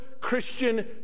Christian